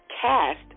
cast